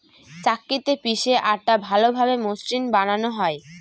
চাক্কিতে পিষে আটা ভালোভাবে মসৃন বানানো হয়